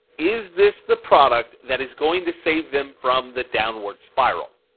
is this the product that is going to save them from the downward spiral?